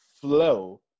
flow